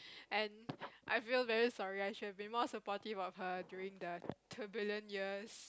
and I feel very sorry I should have been more supportive of her during the turbulent years